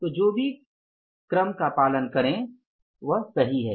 तो जो भी क्रम का पालन करें वह सही है